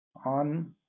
on